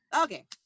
Okay